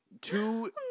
two